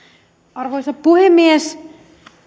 arvoisa puhemies